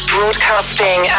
Broadcasting